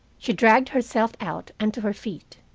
she dragged herself out and to her feet.